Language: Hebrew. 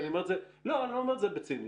אני לא אומר את זה בציניות.